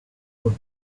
wood